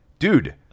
Dude